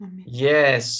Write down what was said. Yes